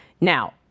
Now